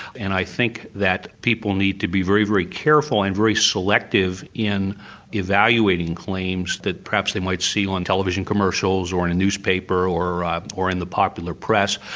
and i think that people need to be very, very careful and very selective in evaluating claims that perhaps they might see on television commercials or in newspaper or or in the popular press.